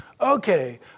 okay